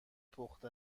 پخته